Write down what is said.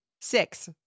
Six